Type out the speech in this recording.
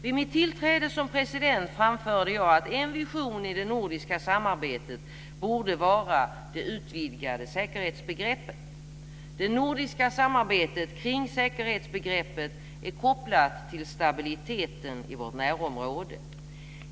Vid mitt tillträde som president framförde jag att en vision i det nordiska samarbetet borde vara det utvidgade säkerhetsbegreppet. Det nordiska samarbetet kring säkerhetsbegreppet är kopplat till stabiliteten i vårt närområde.